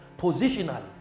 positionally